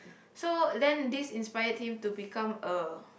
so then this inspired him to become a